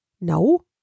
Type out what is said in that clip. No